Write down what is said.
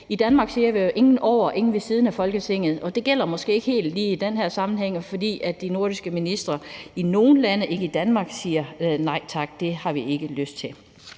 I Danmark siger vi jo, at ingen er over eller ved siden af Folketinget, men det gælder måske ikke helt i den her sammenhæng, fordi de nordiske ministre i nogle lande – ikke i Danmark – siger: Nej tak, det har vi ikke lyst til.